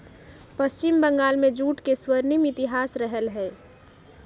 पश्चिम बंगाल में जूट के स्वर्णिम इतिहास रहले है